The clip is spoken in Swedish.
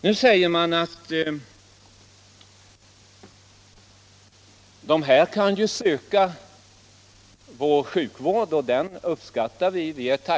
Nu säger man att de här människorna som använder THX kan söka sig till vår sjukvård. Men många, många av dem har redan gjort det.